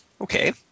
Okay